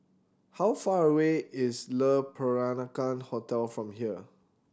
how far away is Le Peranakan Hotel from here